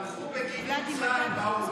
תמכו בגינוי צה"ל באו"ם,